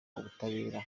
ubutabera